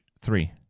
three